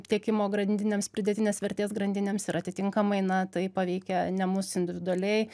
tiekimo grandinėms pridėtinės vertės grandinėms ir atitinkamai na tai paveikia ne mus individualiai